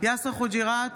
יאסר חוג'יראת,